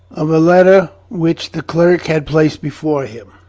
of a letter which the clerk had placed before him.